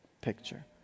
picture